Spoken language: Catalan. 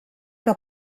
que